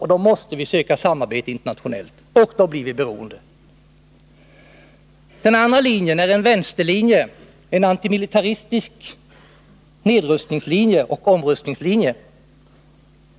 Därför måste vi söka samarbete internationellt — och då blir vi beroende. Den andra linjen är en vänsterlinje, en antimilitaristisk nedrustningsoch omrustningslinje.